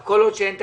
כל עוד שאין תקציב.